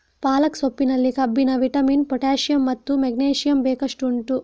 ಪಾಲಕ್ ಸೊಪ್ಪಿನಲ್ಲಿ ಕಬ್ಬಿಣ, vitamin, potassium ಮತ್ತು ಮೆಗ್ನೀಸಿಯಮ್ ಬೇಕಷ್ಟು ಉಂಟು